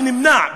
שנמנע,